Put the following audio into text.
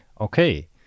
Okay